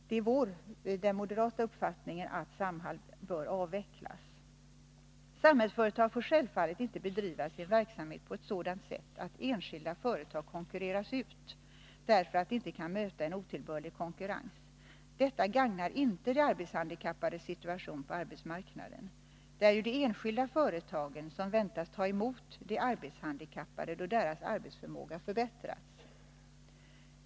Vi moderater har den uppfattningen att Samhall bör avvecklas. Samhällsföretag får självfallet inte bedriva sin verksamhet på ett sådant sätt att enskilda företag konkurreras ut, därför att de inte kan möta en otillbörlig konkurrens. Detta gagnar inte de arbetshandikappades situation på arbetsmarknaden. Det är ju de enskilda företagen som förväntas ta emot de arbetshandikappade då deras arbetsförmåga förbättrats.